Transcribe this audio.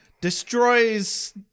destroys